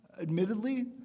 Admittedly